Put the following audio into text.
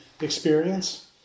experience